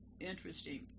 interesting